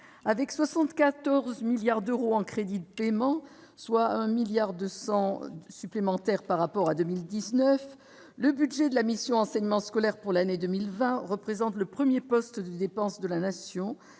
avec 74 milliards d'euros en crédits de paiement, soit 1 milliard 200 supplémentaires par rapport à 2019 le budget de la mission enseignement scolaire pour l'année 2000 va représente le 1er poste de dépenses de la nation